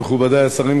מכובדי השרים,